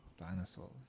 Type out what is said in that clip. Dinosaurs